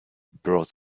brought